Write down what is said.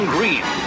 Green